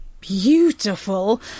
Beautiful